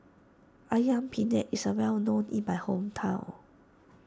Ayam Penyet is well known in my hometown